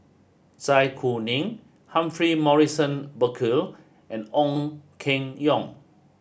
Zai Kuning Humphrey Morrison Burkill and Ong Keng Yong